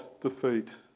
defeat